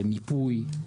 מיפוי.